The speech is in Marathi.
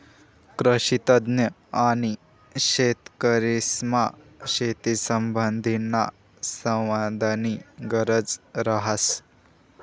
कृषीतज्ञ आणि शेतकरीसमा शेतीसंबंधीना संवादनी गरज रहास